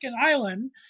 island